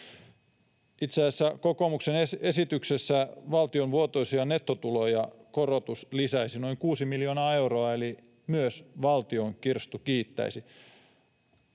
Itse asiassa kokoomuksen esityksessä korotus lisäisi valtion vuotuisia nettotuloja noin 6 miljoonaa euroa, eli myös valtion kirstu kiittäisi.